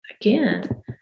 again